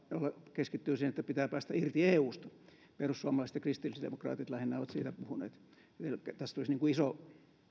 keskittyy siihen että pitää päästä irti eusta perussuomalaiset ja kristillisdemokraatit lähinnä ovat siitä puhuneet elikkä tästä tulisi sellainen iso